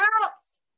helps